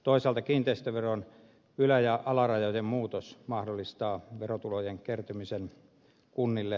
toisaalta kiinteistöveron ylä ja alarajojen muutos mahdollistaa verotulojen kertymisen kunnille